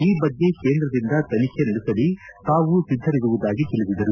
ಈ ಬಗ್ಗೆ ಕೇಂದ್ರದಿಂದ ತನಿಖೆ ನಡೆಸಲಿ ತಾವು ಸಿದ್ದರಿರುವುದಾಗಿ ತಿಳಿಸಿದರು